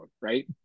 right